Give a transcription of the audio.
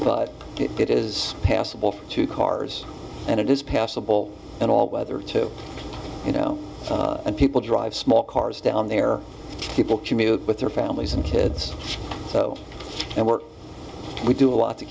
but it is passable to cars and it is passable and all weather too you know and people drive small cars down there people commute with their families and kids and work we do a lot to